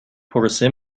پروسه